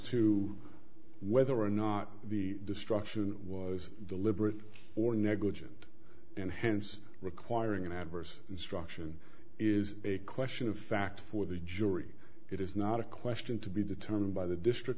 to whether or not the destruction was deliberate or negligent and hence requiring an adverse instruction is a question of fact for the jury it is not a question to be determined by the district